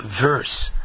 verse